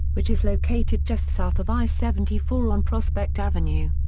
which is located just south of i seventy four on prospect avenue.